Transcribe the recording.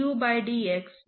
raw shear stress